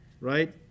Right